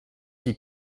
qui